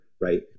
right